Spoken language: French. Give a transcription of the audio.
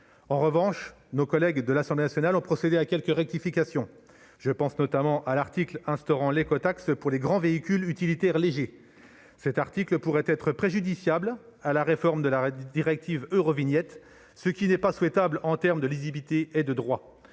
En revanche, nos collègues de l'Assemblée nationale ont procédé à quelques rectifications. Je pense notamment à la suppression de l'article instaurant l'écotaxe pour les grands véhicules utilitaires légers, qui pourrait ne pas correspondre à la réforme de la directive Eurovignette, ce qui n'est pas souhaitable, en matière de lisibilité et de droit.